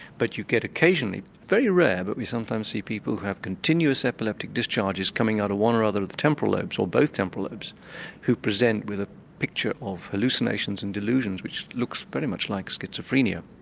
but you get occasionally very rare, but we sometimes see people who have continuous epileptic discharges coming out one or other of the temporal lobes or both temporal lobes who present with a picture of hallucinations and delusions which looks very much like schizophrenia.